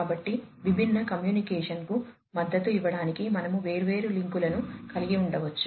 కాబట్టి విభిన్న కమ్యూనికేషన్కు మద్దతు ఇవ్వడానికి మనము వేర్వేరు లింక్లను కలిగి ఉండవచ్చు